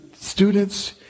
students